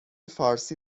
فارسی